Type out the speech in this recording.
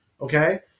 okay